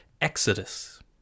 Exodus